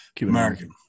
American